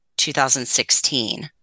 2016